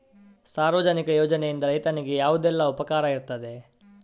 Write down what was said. ಸಾರ್ವಜನಿಕ ಯೋಜನೆಯಿಂದ ರೈತನಿಗೆ ಯಾವುದೆಲ್ಲ ಉಪಕಾರ ಇರ್ತದೆ?